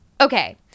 Okay